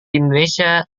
indonesia